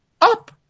up